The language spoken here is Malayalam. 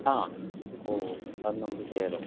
ആ ഓ അത് നമുക്ക് ചെയ്യാല്ലോ